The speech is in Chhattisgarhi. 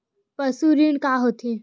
पशु ऋण का होथे?